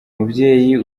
umubyeyi